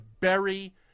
bury